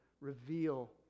reveal